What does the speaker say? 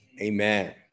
amen